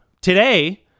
Today